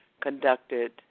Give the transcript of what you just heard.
conducted